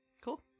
Cool